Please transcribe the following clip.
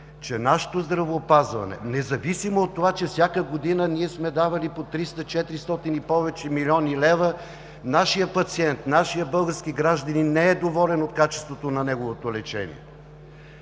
че нашето здравеопазване, независимо от това, че всяка година ние сме давали по 300 – 400 и повече милиони лева, нашият пациент, нашият български гражданин не е доволен от качеството на своето лечение.